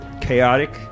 Chaotic